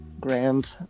grand